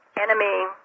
enemy